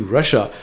Russia